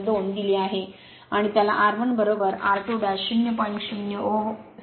02 दिली आहे आणि त्याला r1 r2 0